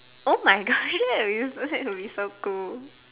oh my Gosh that would be that would be so cool